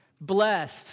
Blessed